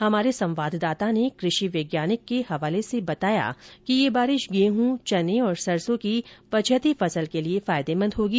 हमारे संवाददाता ने कृषि वैज्ञानिक के हवाले से बताया कि ये बारिश गेहं चने और सरसों की पछेती फसल के लिए फायदेमंद होगी